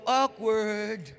awkward